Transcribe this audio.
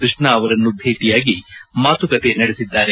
ಕೃಷ್ಣ ಅವರನ್ನು ಭೇಟಿಯಾಗಿ ಮಾತುಕತೆ ನಡೆಸಿದ್ದಾರೆ